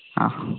ആ